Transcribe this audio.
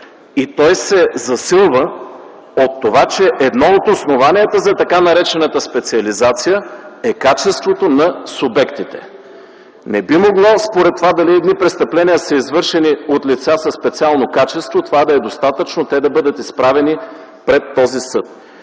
и той се засилва от това, че едно от основанията за така наречената специализация е качеството на субектите. Не би могло според това дали едни престъпления са извършени от лица със специално качество, това да е достатъчно те да бъдат изправени пред този съд.